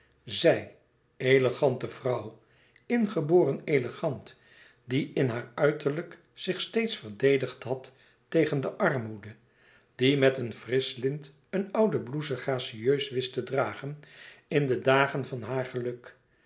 zij elegante vrouw ingeboren elegant die in haar uiterlijk zich steeds verdedigd had tegen de armoede die met een frisch lint een oude blouse gracieus wist te dragen in de dagen van haar geluk